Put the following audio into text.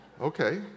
Okay